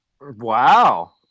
Wow